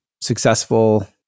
successful